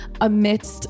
amidst